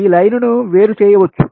ఈ లైనును వేరుచేయవచ్చు